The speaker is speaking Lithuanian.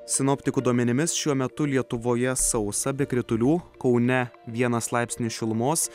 sinoptikų duomenimis šiuo metu lietuvoje sausa be kritulių kaune vienas laipsnis šilumos